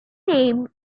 name